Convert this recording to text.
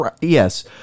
Yes